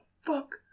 fuck